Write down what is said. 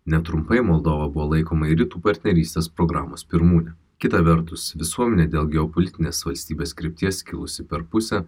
netrumpai moldova buvo laikoma ir rytų partnerystės programos pirmūne kita vertus visuomenė dėl geopolitinės valstybės krypties skilusi per pusę